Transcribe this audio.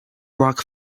rock